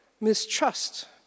mistrust